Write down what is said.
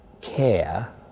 care